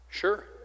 sure